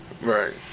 Right